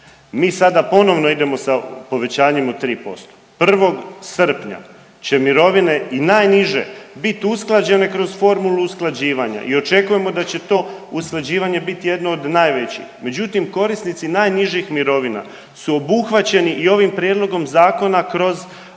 mi sada ponovno idemo sa povećanjem od 3% 1. srpnja će mirovine i najniže bit usklađene kroz formulu usklađivanja i očekujemo da će to usklađivanje biti jedno od najvećih. Međutim, korisnici najnižih mirovina su obuhvaćeni i ovim prijedlogom zakona kroz